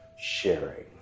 Sharing